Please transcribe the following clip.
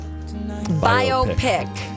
Biopic